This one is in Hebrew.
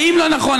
האם לא נכון,